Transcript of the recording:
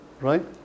right